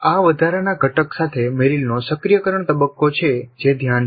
આ વધારાના ઘટક સાથે મેરિલનો સક્રિયકરણ તબક્કો છે જે ધ્યાન છે